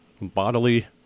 bodily